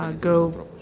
go